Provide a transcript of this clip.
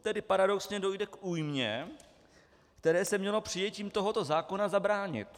Tedy paradoxně dojde k újmě, které se mělo přijetím tohoto zákona zabránit.